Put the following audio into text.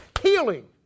healing